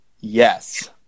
Yes